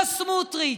לא סמוטריץ'.